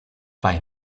bei